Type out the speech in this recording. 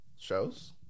shows